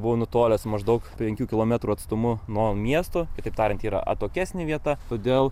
buvo nutolęs maždaug penkių kilometrų atstumu nuo miesto kitaip tariant yra atokesnė vieta todėl